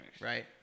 Right